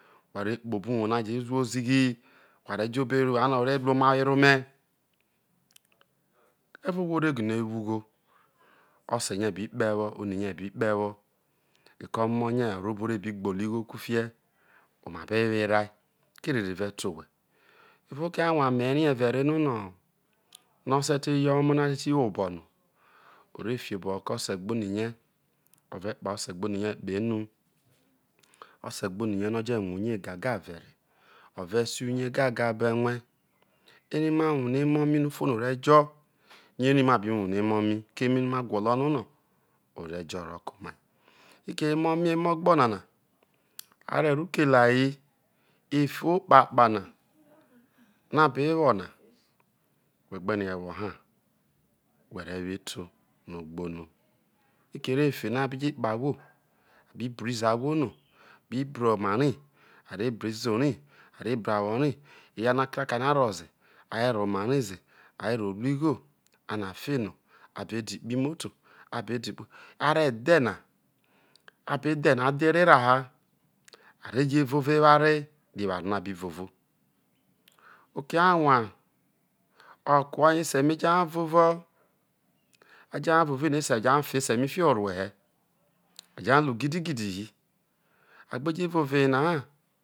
Wha re kpobo uwou no̱ arejo ru oughi wha rejo obei roro no̱ o re ru oma we̱re̱ ome eve̱ obwo regine̱ wo ugho o̱ se̱ rie bikpoho ewo oni rie bi kpoho ewo reko omo rie o rro obo ore bi gbolo igho kofie omabewerai ko̱ erere ve̱ te owhe evao oke unwae me rie vere no̱ no̱ no̱ o se te̱ ye oma omu nati wo obo no o rei fioboho ke̱ ose̱ gbonirie ove̱ kpare ose̱ gboni rie kpehru. O̱se̱ gboni rie no̱ o̱ je rue̱ uye gaga vere ore sio uye gaga be erue̱ eremu wuhre emo mai no̱ u fo no̱ o rie jo yo̱ ẹre ma bi wuhre emo mai keme ere ma gwolo no no o re jo roke omai fiki ere emamo emo ogbo nana wharo arokelai hi efe okpapka na no a be wo na, whe gbe rie woha whe re̱ wo etu no̱ o gbono fiki ere efe no̱ a bi je kpe ahwo bibru izou rai a re bro uwo rai eria no ota kai no̱ a ro ze a re ro̱ oma rai ze a re ro ru igho ano a fe no a de̱ okpi moto abede, a re̱ dhe na a be a he̱ na adhe erera ha a re je vovo ewure rri eware no a bi vovo oke anwue okue oye ese mai je hai vovo a jehai vovo ene ese je ha fo ese mai fipho orue he a je hai ri gidi gidi hi a gbi gi vovo eyenuha.